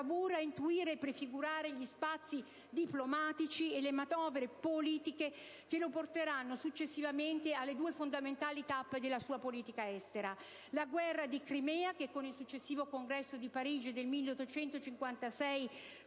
la guerra di Crimea che, con il successivo Congresso di Parigi del 1856